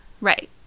right